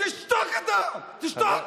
תשתוק אתה, תשתוק,